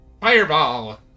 Fireball